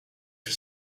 for